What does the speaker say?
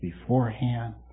beforehand